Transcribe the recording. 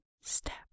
step